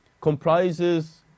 comprises